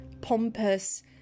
pompous